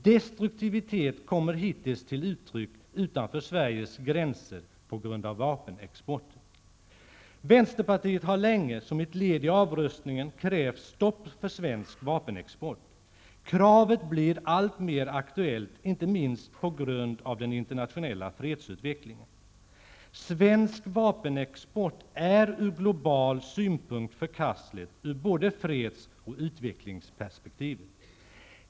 Destruktiviteten kommer hittills till uttryck utanför Sveriges gränser på grund av vapenexporten. Vänsterpartiet har länge -- som ett led i avrustningen -- krävt stopp för svensk vapenexport. Kravet blir alltmer aktuellt, inte minst på grund av den internationella fredsutvecklingen. Svensk vapenexport är ur global synpunkt förkastlig ur både freds och utvecklingsperspektiv.